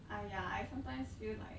ah ya I sometimes feel like